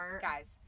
guys